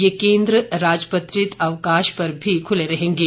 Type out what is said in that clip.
ये केंद्र राजपत्रित अवकाश पर भी खुले रहेंगे